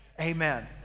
Amen